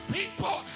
people